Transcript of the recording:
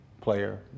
player